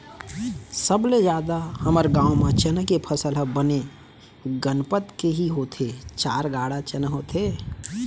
सबले जादा हमर गांव म चना के फसल ह बने गनपत के ही होथे चार गाड़ा चना होथे